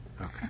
Okay